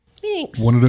Thanks